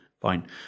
fine